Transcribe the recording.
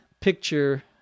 picture